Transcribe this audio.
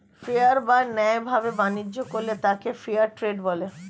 fair বা ন্যায় ভাবে বাণিজ্য করলে তাকে ফেয়ার ট্রেড বলে